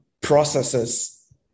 processes